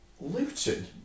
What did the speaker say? Luton